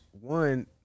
one